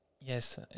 yes